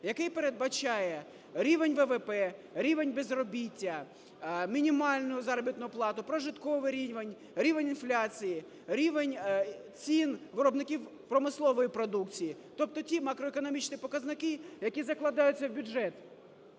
який передбачає: рівень ВВП, рівень безробіття, мінімальну заробітну плату, прожитковий рівень, рівень інфляції, рівень цін виробників промислової продукції, тобто ті макроекономічні показники, які закладаються в бюджет.